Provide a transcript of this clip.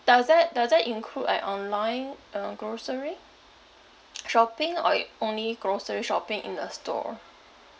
does that does that include like online uh grocery shopping or it only grocery shopping in the store